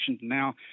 now